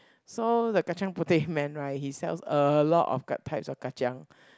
so the kacang-puteh man right he sells a lot of grab packs of kacang